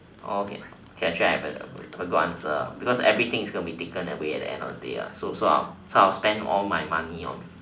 okay actually I have a good answer ah because everything is going to be taken away at the end of the day ah so so I spend all my money on